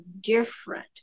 different